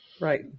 Right